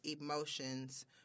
emotions